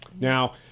Now